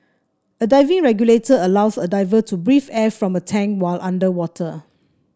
a diving regulator allows a diver to breathe air from a tank while underwater